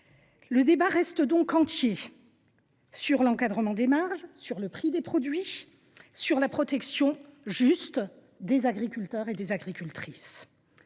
Le débat reste donc entier concernant l’encadrement des marges, le prix des produits, ainsi que la protection juste des agriculteurs et des agricultrices.